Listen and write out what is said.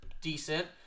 decent